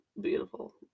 beautiful